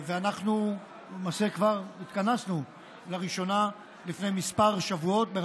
למעשה כבר התכנסנו לראשונה לפני שבועות מספר